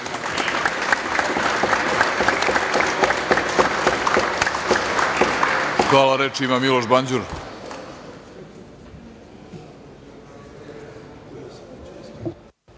Hvala. Reč ima Miloš Banđur.